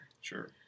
Sure